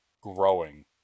growing